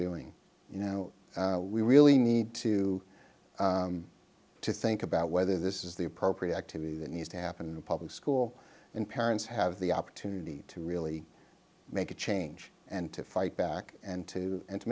doing you know we really need to to think about whether this is the appropriate activity that needs to happen the public school and parents have the opportunity to really make a change and to fight back and to and to